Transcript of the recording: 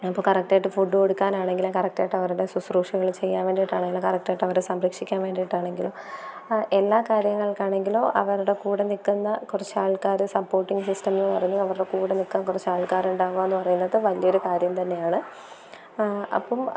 അപ്പം കറക്റ്റായിട്ട് ഫുഡ് കൊടുക്കാനാണെങ്കിലും കറക്റ്റായിട്ട് അവരുടെ ശുശ്രൂഷകള് ചെയ്യാൻ വേണ്ടീട്ടാണെങ്കിലും കറക്റ്റായിട്ടവരെ സംരക്ഷിക്കാന് വേണ്ടിയിട്ടാണെങ്കിലും എല്ലാ കാര്യങ്ങള്ക്കാണെങ്കിലോ അവരുടെ കൂടെ നിൽക്കുന്ന കുറച്ചാൾക്കാരെ സപ്പോര്ട്ടിംഗ് സിസ്റ്റം എന്ന് പറഞ്ഞ് അവരുടെ കൂടെ നിൽക്കാൻ കുറച്ചൽക്കാര് ഉണ്ടാകുക എന്ന് പറയുന്നത് വലിയൊരു കാര്യം തന്നെയാണ് അപ്പം